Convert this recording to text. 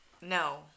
No